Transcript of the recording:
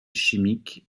chimique